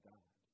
God